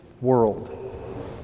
world